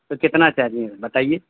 تو کتنا چاہیے بتائیے